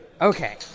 Okay